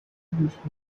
englishman